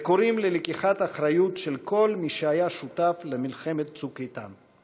וקוראים ללקיחת אחריות של כל מי שהיה שותף למלחמת "צוק איתן".